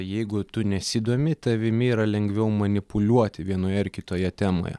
jeigu tu nesidomi tavimi yra lengviau manipuliuoti vienoje ar kitoje temoje